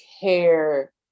care